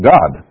God